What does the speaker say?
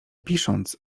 pisząc